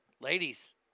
Ladies